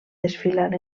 desfilant